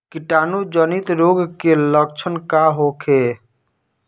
कीटाणु जनित रोग के लक्षण का होखे?